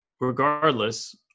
regardless